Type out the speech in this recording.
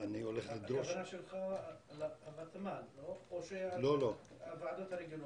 --- הכוונה שלך לוותמ"ל או לוועדות הרגילות?